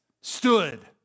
stood